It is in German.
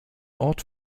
ort